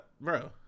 bro